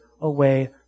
away